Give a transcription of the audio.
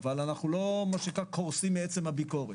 אבל אנחנו לא קורסים מעצם הביקורת.